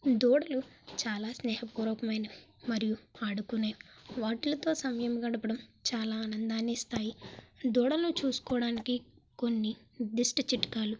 దూడలు చాలా స్నేహపూర్వకమైనవి మరియు ఆడుకునేవి వాటిలతో సమయం గడపడం చాలా ఆనందాన్ని ఇస్తాయి దూడలను చూసుకోవడానికి కొన్ని నిర్దిష్ట చిట్కాలు